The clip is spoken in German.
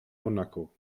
monaco